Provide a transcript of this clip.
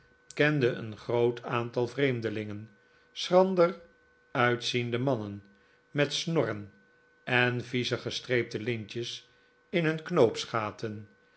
kende een groot aantal vreemdelingen schrander uitziende mannen met snorren en vieze gestreepte lintjes in hun